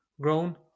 grown